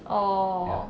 orh